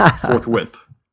forthwith